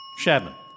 Shadman